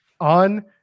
on